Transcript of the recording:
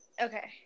Okay